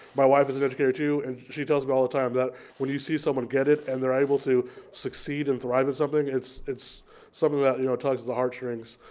my wife is an educator too and she tells me all the time that when you see someone get it and they're able to succeed and thrive at something it's it's something that you know tugs at the heartstrings.